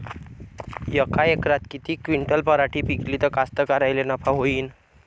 यका एकरात किती क्विंटल पराटी पिकली त कास्तकाराइले नफा होईन?